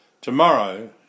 Tomorrow